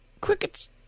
Crickets